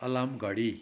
alarm घडी